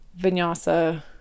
vinyasa